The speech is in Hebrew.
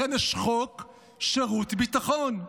לכן יש חוק שירות ביטחון.